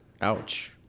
Ouch